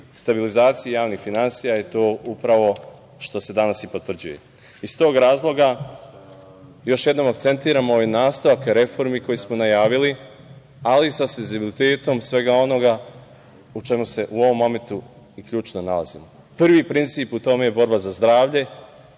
stabilizaciji javnih finansija i to upravo što se danas i potvrđuje. Iz tog razloga još jednom akcentiram ovaj nastavak reformi koje smo najavili, ali sa senzibilitetom svega onoga u čemu se u ovom momentu i ključno nalazimo. Prvi princip u tome je borba za zdravlje,